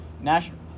National